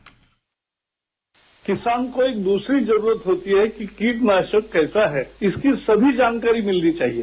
bite किसान को एक दूसरी जरूरत होती है कि कीटनाशक कैसा है इसकी सभी जानकारी मिलनी चाहिए